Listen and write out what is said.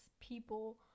people